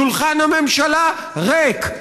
שולחן הממשלה ריק.